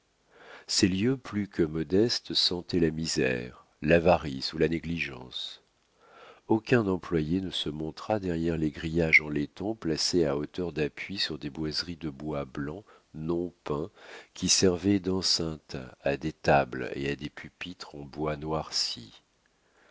ces lieux plus que modestes sentaient la misère l'avarice ou la négligence aucun employé ne se montra derrière les grillages en laiton placés à hauteur d'appui sur des boiseries de bois blanc non peint qui servaient d'enceinte à des tables et à des pupitres en bois noirci